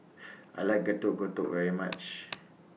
I like Getuk Getuk very much